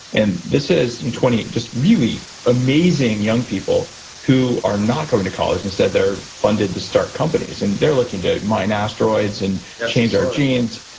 and this is twenty just really amazing young people who are not going to college. instead they're funded to start companies. and they're looking to mine asteroids and change our genes.